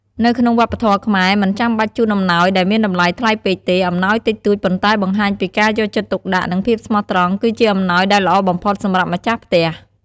នៅក្នុងវប្បធម៏ខ្មែរមិនចំបាច់ជូនអំណោយដែលមានតម្លៃថ្លៃពេកទេ អំណោយតិចតួចប៉ុន្តែបង្ហាញពីការយកចិត្តទុកដាក់ និងភាពស្មោះត្រង់គឺជាអំណោយដែលល្អបំផុតសម្រាប់ម្ចាស់ផ្ទះ។